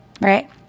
right